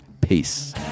Peace